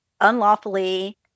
unlawfully